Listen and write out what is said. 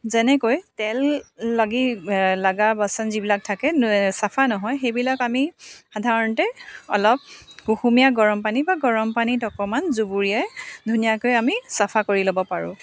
যেনেকৈ তেল লাগি লাগা বাচন যিবিলাক থাকে চফা নহয় সেইবিলাক আমি সাধাৰণতে অলপ কুহুমীয়া গৰম পানী বা গৰম পানীত অকণমান জুবুৰিয়াই ধুনীয়াকৈ আমি চফা কৰি ল'ব পাৰোঁ